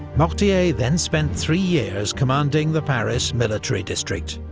mortier then spent three years commanding the paris military district.